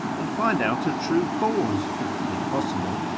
and find out a true cause, if it be possible,